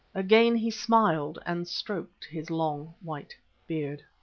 again he smiled and stroked his long, white beard.